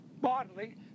bodily